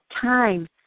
time